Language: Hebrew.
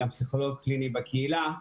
אני גם פסיכולוג קליני בקהילה.